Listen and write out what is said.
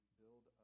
build